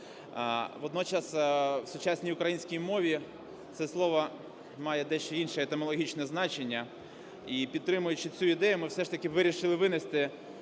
Водночас в сучасній українській мові це слово має дещо інше етимологічне значення і, підтримуючи цю ідею, ми все ж таки вирішили винести